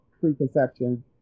preconception